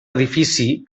edifici